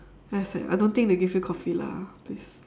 very sad I don't think they give you coffee lah please